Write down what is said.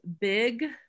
big